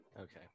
Okay